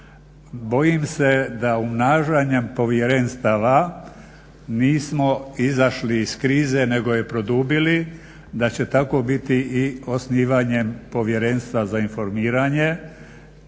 Bojim se da umnažanjem povjerenstava nismo izašli iz krize nego je produbili, da će tako biti i osnivanjem povjerenstva za informiranje